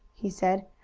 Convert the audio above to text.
he said.